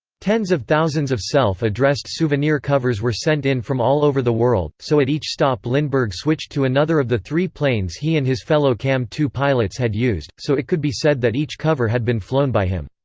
tens of thousands of self-addressed souvenir covers were sent in from all over the world, so at each stop lindbergh switched to another of the three planes he and his fellow cam two pilots had used, so it could be said that each cover had been flown by him.